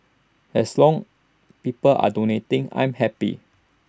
as long people are donating I'm happy